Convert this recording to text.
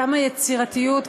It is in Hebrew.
כמה יצירתיות,